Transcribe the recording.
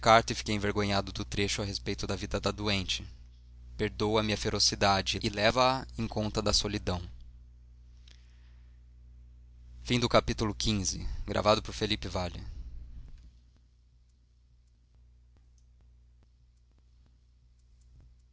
a carta e fiquei envergonhado do trecho a respeito da vida da doente perdoa-me a ferocidade e leva-a em conta da